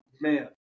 man